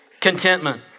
Contentment